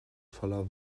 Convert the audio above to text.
voller